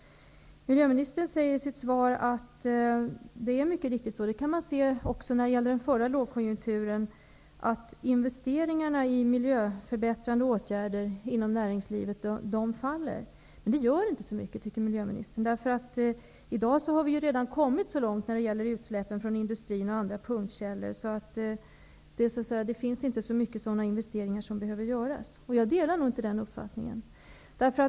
Miljöministern säger i sitt svar att det mycket riktigt är så -- det kunde man se också under den förra lågkonjunkturen -- att investeringarna i miljöförbättrande åtgärder inom näringslivet minskar. Men det gör inte så mycket, tycker miljöministern, eftersom vi i dag redan har kommit så långt i arbetet med utsläppen från industrin och andra punktkällor att det inte behöver göras så mycket av sådana investeringar. Jag delar inte den uppfattningen.